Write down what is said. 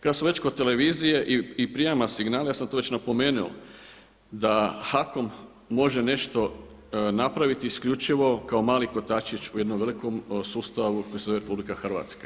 Kada smo već kod televizije i prijema signala, ja sam to već napomenuo da HAKOM može nešto napraviti isključivo kao mali kotačić u jednom velikom sustavu koji se zove RH.